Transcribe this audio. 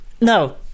No